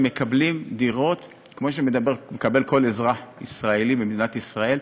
הם מקבלים דירות כמו שמקבל כל אזרח ישראלי במדינת ישראל.